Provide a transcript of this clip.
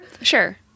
Sure